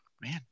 Man